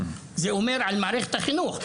זה אומר על מערכת החינוך,